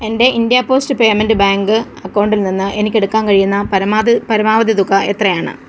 എന്റെ India post payment bank അക്കൗണ്ടിൽ നിന്ന് എനിക്ക് എടുക്കാൻ കഴിയുന്ന പരമാവധി പരമാവധി തുക എത്രയാണ്